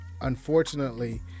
unfortunately